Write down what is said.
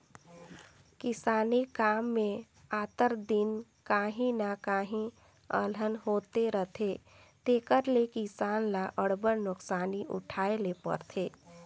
किसानी काम में आंतर दिने काहीं न काहीं अलहन होते रहथे तेकर ले किसान ल अब्बड़ नोसकानी उठाए ले परथे